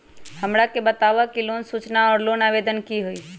हमरा के बताव कि लोन सूचना और लोन आवेदन की होई?